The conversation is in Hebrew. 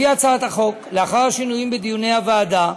לפי הצעת החוק, לאחר השינויים בדיוני הוועדה,